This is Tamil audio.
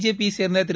ஜேபியை சேர்ந்த திரு